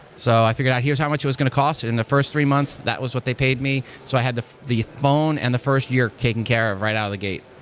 so i figured out, here's how much it was going to cost. and the first three months, that was what they paid me. so i had the the phone and the first year taken care of right out of the gate.